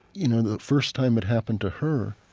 you know first time it happened to her,